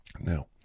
Now